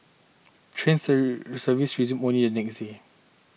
train sir services resumed one year the next day